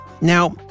Now